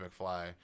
McFly